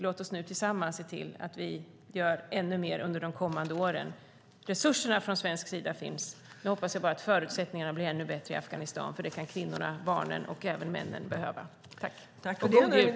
Låt oss nu tillsammans se till att vi gör ännu mer under de kommande åren. Resurserna från svensk sida finns. Nu hoppas jag bara att förutsättningarna blir ännu bättre i Afghanistan, för det kan kvinnorna, barnen och även männen behöva. Och god jul!